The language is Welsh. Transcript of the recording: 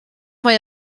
mae